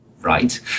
Right